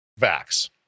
vax